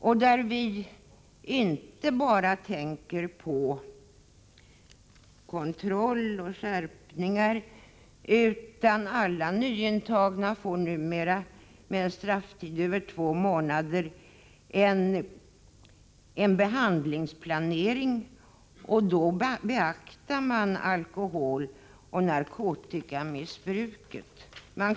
Vi har därvid inte bara tänkt på kontroll och skärpningar, utan alla nyintagna med en strafftid över två månader får numera en behandlingsplanering, varvid alkoholoch narkotikamissbruk beaktas.